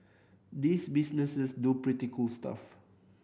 these businesses do pretty cool stuff